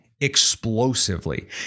explosively